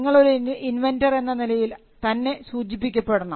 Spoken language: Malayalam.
നിങ്ങൾ ഒരു ഇൻവെൻന്റർ എന്ന നിലയിൽ തന്നെ സൂചിപ്പിക്കപ്പെടണം